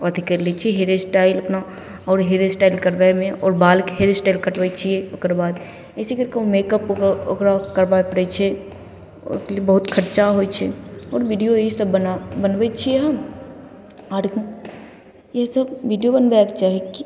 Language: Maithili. अथी करि लै छिए हेअर एस्टाइल अपना आओर हेअर एस्टाइल अपना करबैमे आओर बालके हेअर एस्टाइल कटबै छिए ओकर बाद अइसे करिके मेकअप करिके ओकरा करबै पड़ै छै ओहिके लिए बहुत खरचा होइ छै आओर वीडिओ ईसब बना बनबै छिए हम आओर ईसब वीडिओ बनबैके चाही